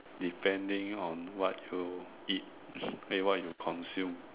depending on what you eat eh what you consume